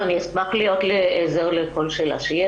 ואני אשמח להיות לעזר לכל שאלה שתהיה,